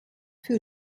für